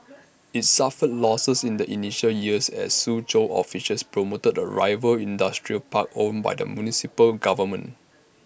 IT suffered losses in the initial years as Suzhou officials promoted A rival industrial park owned by the municipal government